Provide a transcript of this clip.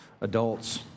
adults